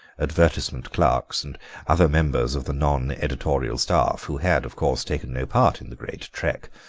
advertisement clerks, and other members of the non-editorial staff, who had, of course, taken no part in the great trek,